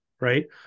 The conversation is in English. Right